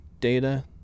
data